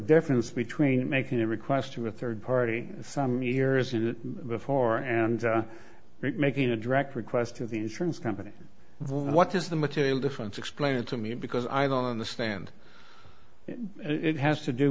difference between making a request to a third party some years before and making a direct request to the insurance company what is the material difference explain it to me because i don't understand it has to do